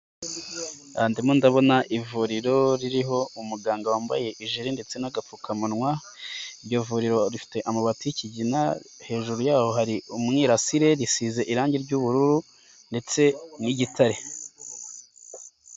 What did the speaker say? Ndimo ndabona ivuriro ririho umuganga wambaye ijire ndetse n'agapfukamunwa, iryo vuriro rifite amabati y'ikigina hejuru yaho hari umwirasire risize irangi ry'ubururu ndetse n'igitare.